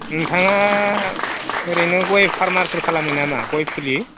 नोंथाङा ओरैनो गय फार्मिंफोर खालामो नामा गय फुलि